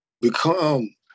become